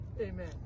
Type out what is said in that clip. Amen